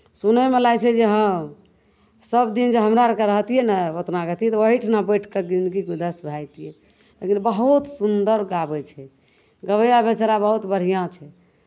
सुनयमे लागै छै जे हँ सभदिन जे हमरा आरके रहतियै ने ओतना अथी तऽ ओहीठिना बैठि कऽ जिनगी गुदस्त भए जैतियै बहुत सुन्दर गाबै छै गबैआ बेचारा बहुत बढ़िआँ छै